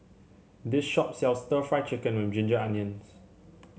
this shop sells stir Fry Chicken with Ginger Onions